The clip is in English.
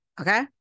okay